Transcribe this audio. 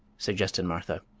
suggested martha.